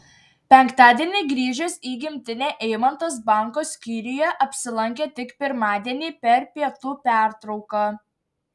penktadienį grįžęs į gimtinę eimantas banko skyriuje apsilankė tik pirmadienį per pietų pertrauką